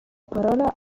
parola